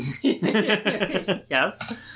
Yes